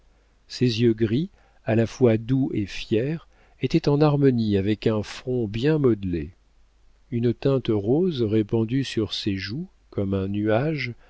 ses yeux gris à la fois doux et fiers étaient en harmonie avec un front bien modelé une teinte rose répandue sur ses joues comme un nuage